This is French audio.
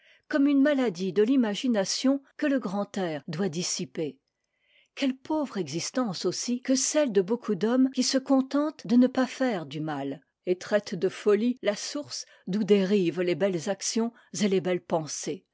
comme une maladie de l'imagination que le grand air doit dissiper quelle pauvre existence aussi que celle de beaucoup d'hommes qui se contentent de ne pas faire du mal et traitent de folie la source d'où dérivent les belles actions et les grandes pensées